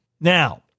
now